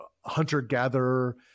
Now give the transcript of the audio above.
hunter-gatherer